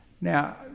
Now